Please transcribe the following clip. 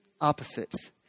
opposites